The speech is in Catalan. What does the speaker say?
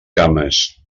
cames